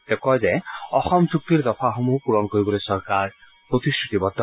তেওঁ কয় যে অসম চুক্তিৰ দফাসমূহ পুৰণ কৰিবলৈ চৰকাৰ প্ৰতিশ্ৰুতিবদ্ধ